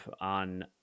on